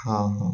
ହଁ ହଁ